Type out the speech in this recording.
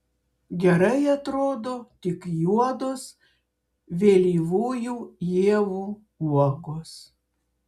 gerai atrodo tik juodos vėlyvųjų ievų uogos